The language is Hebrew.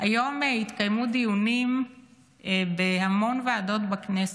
היום התקיימו דיונים בהמון ועדות בכנסת.